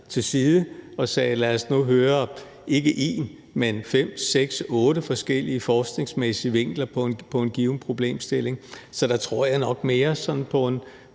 til side og sagde, at lad os nu høre ikke én, men fem, seks, otte forskellige forskningsmæssige vinkler på en given problemstilling. Så der tror jeg nok mere sådan på en